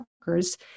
workers